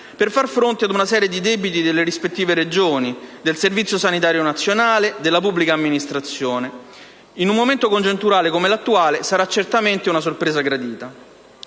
per far fronte ad una serie di debiti delle rispettive Regioni, del Servizio sanitario nazionale e della pubblica amministrazione. In un momento congiunturale come 1'attuale sarà certamente una sorpresa gradita.